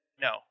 No